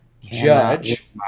Judge